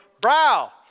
brow